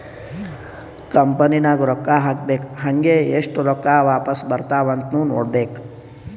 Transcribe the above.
company ನಾಗ್ ರೊಕ್ಕಾ ಹಾಕ್ಬೇಕ್ ಹಂಗೇ ಎಸ್ಟ್ ರೊಕ್ಕಾ ವಾಪಾಸ್ ಬರ್ತಾವ್ ಅಂತ್ನು ನೋಡ್ಕೋಬೇಕ್